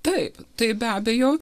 taip tai be abejo